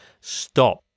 stop